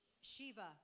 Shiva